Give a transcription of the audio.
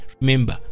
remember